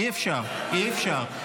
אי-אפשר, אי-אפשר.